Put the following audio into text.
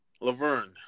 Laverne